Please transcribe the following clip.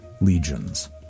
legions